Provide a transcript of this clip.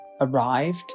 arrived